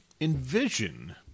envision